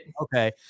okay